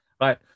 Right